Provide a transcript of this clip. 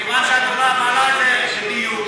מכיוון שאת מעלה את זה לדיון,